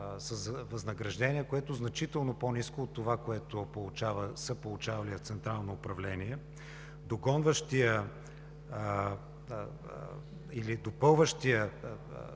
с възнаграждение, което е значително по-ниско от това, което са получавали в Централното управление? Догонващият или допълващият